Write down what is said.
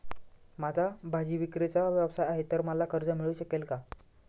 माझा भाजीविक्रीचा व्यवसाय आहे तर मला कर्ज मिळू शकेल का?